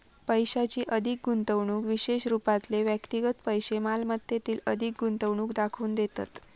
पैशाची अधिक गुंतवणूक विशेष रूपातले व्यक्तिगत पैशै मालमत्तेतील अधिक गुंतवणूक दाखवून देतत